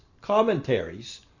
commentaries